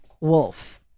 wolf